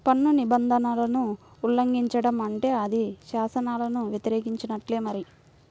పన్ను నిబంధనలను ఉల్లంఘించడం అంటే అది శాసనాలను వ్యతిరేకించినట్టే మరి